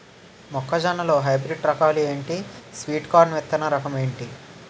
మొక్క జొన్న లో హైబ్రిడ్ రకాలు ఎంటి? స్వీట్ కార్న్ విత్తన రకం ఏంటి?